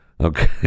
okay